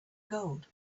gold